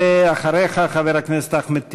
ואחריך, חבר הכנסת אחמד טיבי.